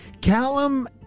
Callum